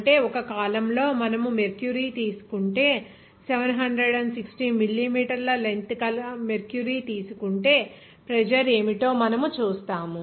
అంటే ఒక కాలమ్లో మనము మెర్క్యూరీ తీసుకుంటే 760 మిల్లీమీటర్ల లెంగ్త్ గల మెర్క్యూరీ తీసుకుంటే ప్రెజర్ ఏమిటో మనము చూస్తాము